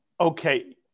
Okay